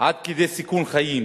עד כדי סיכון חיים